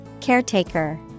Caretaker